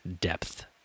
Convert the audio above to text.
depth